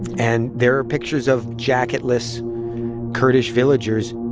and there are pictures of jacketless kurdish villagers